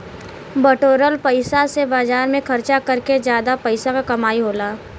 बटोरल पइसा से बाजार में खरचा कर के जादा पइसा क कमाई होला